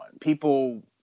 people